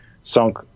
sunk